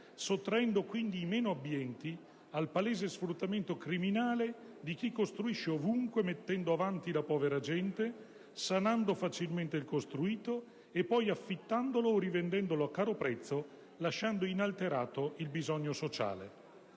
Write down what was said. sottraendo quindi i meno abbienti al palese sfruttamento criminale dì chi costruisce ovunque mettendo avanti la povera gente, sanando facilmente il costruito e poi affittandolo o rivendendolo a caro prezzo, lasciando inalterato il bisogno sociale.